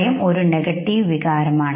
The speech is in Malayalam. ഭയം ഒരു നെഗറ്റീവ് വികാരം ആണ്